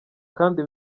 kandi